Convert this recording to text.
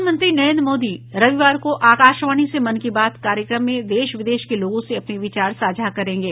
प्रधानमंत्री नरेन्द्र मोदी रविवार को आकाशवाणी से मन की बात कार्यक्रम में देश विदेश के लोगों से अपने विचार साझा करेंगे